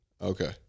Okay